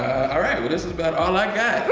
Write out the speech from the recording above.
all right well this is about all i got.